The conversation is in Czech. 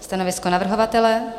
Stanovisko navrhovatele?